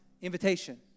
invitation